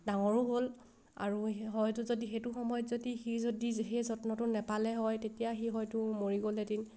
ডাঙৰো হ'ল আৰু হয়তো যদি সেইটো সময়ত যদি সি যদি সেই যত্নটো নাপালে হয় তেতিয়া সি হয়তো মৰি গ'লহেতেন